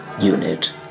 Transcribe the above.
unit